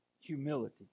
humility